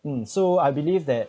mm so I believe that